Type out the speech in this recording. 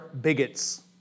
bigots